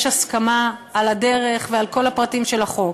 הסכמה על הדרך ועל כל הפרטים של החוק.